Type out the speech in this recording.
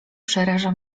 przeraża